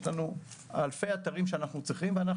יש לנו אלפי אתרים ואנחנו צריכים להגיע אליהם.